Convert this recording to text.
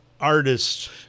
Artists